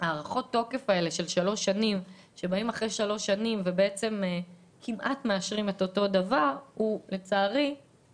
הארכות התוקף שמאשרים כמעט את אותו דבר הן בעוכרנו.